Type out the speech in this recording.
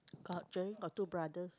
got Geraldine got two brothers